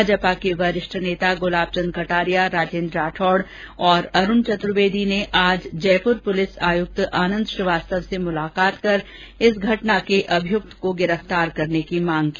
भाजपा के वरिष्ठ नेता गुलाब चंद कटारिया राजेंद्र राठौड और अरूण चतुर्वेद ने आज जयपुर पुलिस आयुक्त आनंद श्रीवास्तव से मुलाकात कर इस घटना के अभियुक्त को गिरफतार करने की मांग की